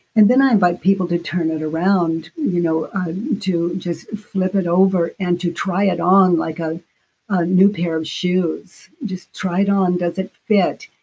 and then i invite people to turn it around, you know to just flip it over and to try it on like ah a new pair of shoes. just try it on. does it fit?